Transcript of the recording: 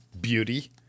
beauty